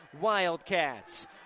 Wildcats